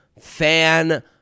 fan